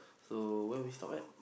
so where we stop at